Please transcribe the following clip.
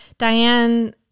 Diane